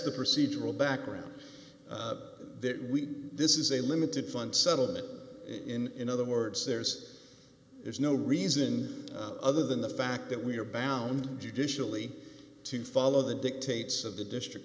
the procedural background that we this is a limited fund settlement in in other words there's there's no reason other than the fact that we are bound judicially to follow the dictates of the district